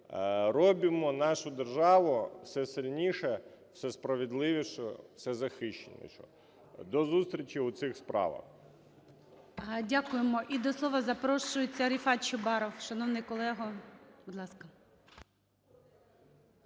Робімо нашу державу все сильнішою, все справедливішою, все захищенішою. До зустрічі у цих справах! ГОЛОВУЮЧИЙ. Дякуємо. І до слова запрошується Рефат Чубаров. Шановний колего, будь ласка.